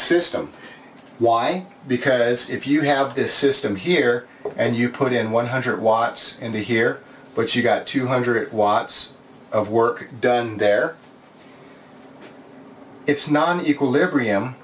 system why because if you have this system here and you put in one hundred watts and here but you got two hundred watts of work done there it's not an equilibrium